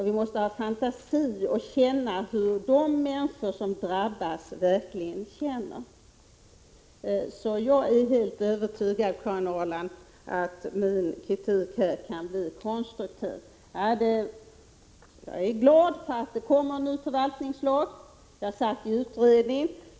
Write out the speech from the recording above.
Vi måste ha fantasi och inlevelse i hur de människor som drabbas verkligen känner det. Jag är helt övertygad om, Karin Ahrland, att min kritik kommer att leda till något konstruktivt. Jag är glad över att det kommer en ny förvaltningslag. Jag satt i utredningen.